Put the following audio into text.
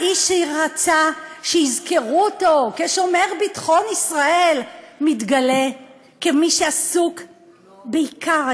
האיש שרצה שיזכרו אותו כשומר ביטחון ישראל מתגלה כמי שעסוק בעיקר,